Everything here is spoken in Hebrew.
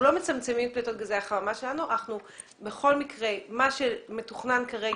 אנחנו לא מצמצמים פליטות גזי החממה שלנו אלא בכל מקרה מה שמתוכנן כרגע,